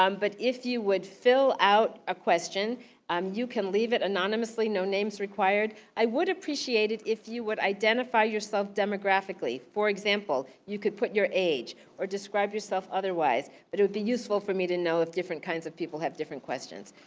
um but if you would fill out a question um you can leave it anonymously, no names required. i would appreciate it if you would identify yourself demographically. for example you could put your age or describe yourself otherwise. but it would be useful for me to know if different kinds of people have different questions.